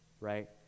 right